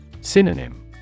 Synonym